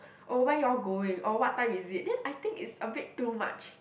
oh where you all going oh what time is it then I think it's a bit too much